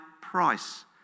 price